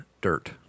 dirt